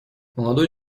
молодой